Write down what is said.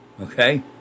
okay